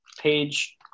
page